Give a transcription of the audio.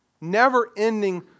Never-ending